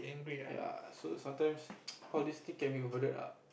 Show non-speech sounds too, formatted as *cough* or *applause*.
ya so sometimes *noise* all these things can be avoided lah